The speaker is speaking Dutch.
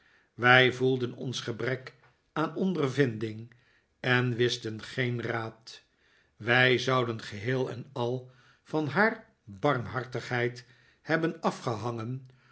wij voelden ons gebrek aan ondervinding en wisten geen raad wij zouden geheel en al van haar barmhartigheid hebben afgehangen